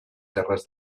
terres